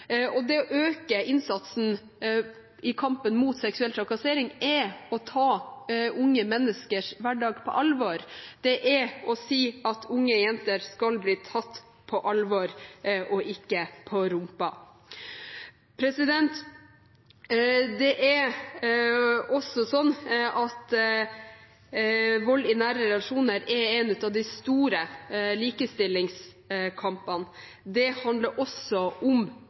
Det å øke innsatsen i kampen mot seksuell trakassering er å ta unge menneskers hverdag på alvor, det er å si at unge jenter skal bli tatt på alvor, ikke på rumpa. Vold i nære relasjoner er også en av de store likestillingskampene, det handler også om